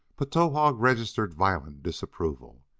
but towahg registered violent disapproval.